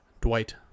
Dwight